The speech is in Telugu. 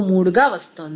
143గా వస్తోంది